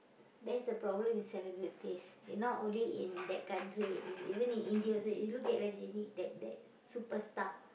that's the problem with celebrities it not only in that country it's even in India also you look at Rajini that that superstar